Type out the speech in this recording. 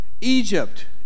Egypt